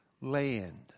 land